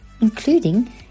including